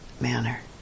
manner